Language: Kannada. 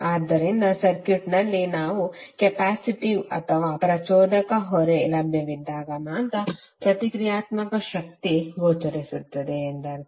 ಆದ್ದರಿಂದ ಸರ್ಕ್ಯೂಟ್ನಲ್ಲಿ ನಾವು ಕೆಪ್ಯಾಸಿಟಿವ್ ಅಥವಾ ಪ್ರಚೋದಕ ಹೊರೆ ಲಭ್ಯವಿದ್ದಾಗ ಮಾತ್ರ ಪ್ರತಿಕ್ರಿಯಾತ್ಮಕ ಶಕ್ತಿ ಗೋಚರಿಸುತ್ತದೆ ಎಂದರ್ಥ